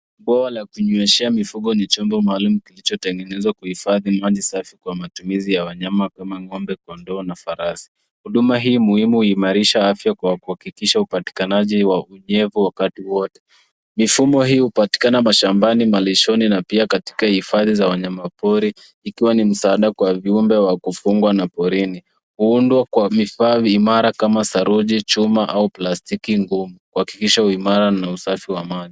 Bwawa la kunyweshea mifugo ni chombo maalum kilichotengenezwa kuhifadhi maji safi kwa matumizi ya wanyama kama kama ng'ombe, kondoo na farasi. Huduma hii muhimu huimarisha afya kwa kuhakikisha upatikanaji wa unyevu wakati wote. Mifumo hii hupatikana mashambani malishoni na pia katika hifadhi za wanyama pori ikiwa ni msaada kwa viumbe wa kufungwa na porini. Huundwa kwa vifaa imara kama saruji, chuma au plastiki ngumu, kuhakikisha uimara na usafi wa maji.